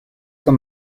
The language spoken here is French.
son